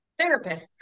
therapists